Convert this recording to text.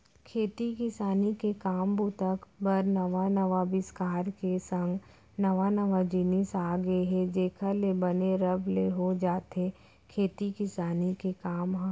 खेती किसानी के काम बूता बर नवा नवा अबिस्कार के संग नवा नवा जिनिस आ गय हे जेखर ले बने रब ले हो जाथे खेती किसानी के काम ह